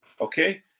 Okay